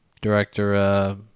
director